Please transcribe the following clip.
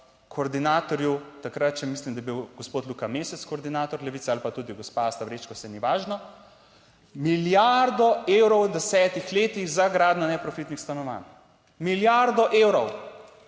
koordinatorju takrat še, mislim, da je bil gospod Luka Mesec koordinator Levice ali pa tudi gospa Asta Vrečko, saj ni važno, milijardo evrov v desetih letih za gradnjo neprofitnih stanovanj, milijardo evrov.